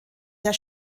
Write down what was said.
der